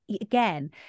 again